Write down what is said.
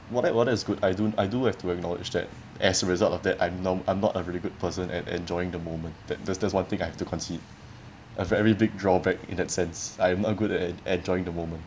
what eh what is good I do I do have to acknowledge that as a result of that I'm no I'm not a really good person at enjoying the moment there that that's one thing I have to concede a very big drawback in that sense I'm not good at at enjoying the moment